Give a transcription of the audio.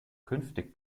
künftig